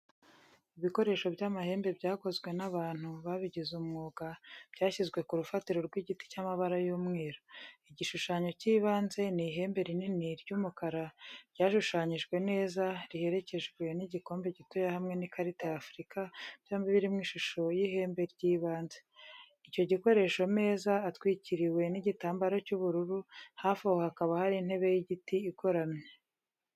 Ibikoresho by'amahembe byakozwe n'abantu babigize umwuga byashyizwe ku rufatiro rw'igiti cy'amabara y'umweru. Igishushanyo cy'ibanze ni ihembe rinini ry'umukara ryashushanyijwe neza, riherekejwe n'igikombe gitoya hamwe n'ikarita ya Afurika byombi birimo ishusho y'ihembe ry'ibanze. Icyo gikoresho meza atwikiriwe n'igitambaro cy'ubururu, hafi aho hakaba hari intebe y'igiti igoramye.